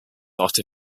after